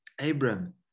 Abram